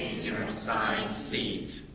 your assigned seat.